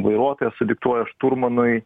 vairuotojas sudiktuoja šturmanui